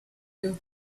you